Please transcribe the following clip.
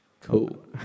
Cool